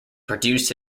produced